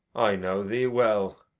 i know thee well.